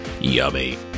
Yummy